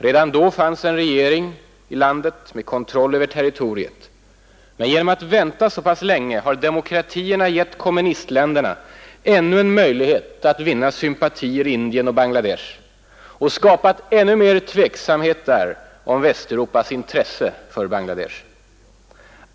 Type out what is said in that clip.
Redan då fanns en regering i landet med kontroll över territoriet. Men genom att vänta så pass länge har demokratierna gett kommunistländerna ännu en möjlighet att vinna sympatier i Indien och Bangladesh och skapat ännu mer tveksamhet där om Västeuropas intresse för Bangladesh.